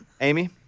Amy